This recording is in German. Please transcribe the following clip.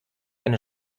eine